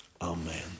Amen